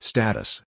Status